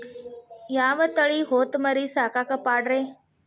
ಯಾವ ತಳಿ ಹೊತಮರಿ ಸಾಕಾಕ ಪಾಡ್ರೇ?